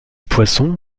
poisson